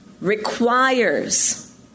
requires